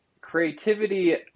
creativity